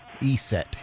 ESET